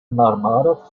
narmada